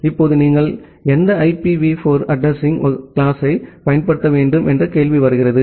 இப்போது நீங்கள் எந்த ஐபிவி 4 அட்ரஸிங்வகுப்பைப் பயன்படுத்த வேண்டும் என்ற கேள்வி வருகிறது